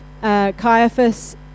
Caiaphas